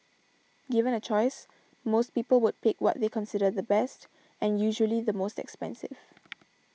given a choice most people would pick what they consider the best and usually the most expensive